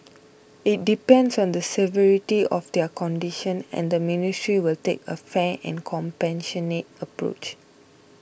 it depends on the severity of their condition and the ministry will take a fair and compassionate approach